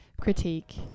critique